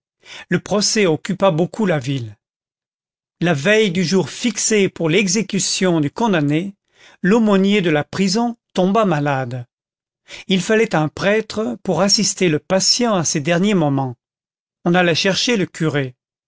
le procès occupa beaucoup la ville la veille du jour fixé pour l'exécution du condamné l'aumônier de la prison tomba malade il fallait un prêtre pour assister le patient à ses derniers moments on alla chercher le curé